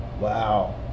wow